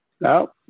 No